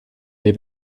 dai